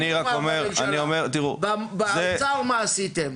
אני אומר, אחרי --- באוצר מה עשיתם?